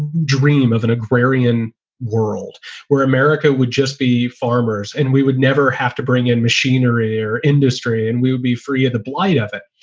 dream of an agrarian world where america would just be farmers and we would never have to bring in machinery or industry and we would be free of the blight of it.